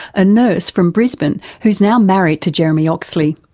a nurse from brisbane who's now married to jeremy oxley.